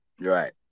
Right